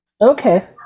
Okay